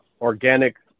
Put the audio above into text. organic